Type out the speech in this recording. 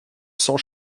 cents